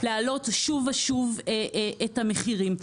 להעלות שוב ושוב את המחירים.